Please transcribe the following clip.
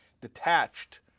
detached